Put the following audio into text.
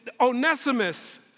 Onesimus